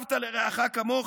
"ואהבת לרעך כמוך",